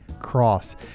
Cross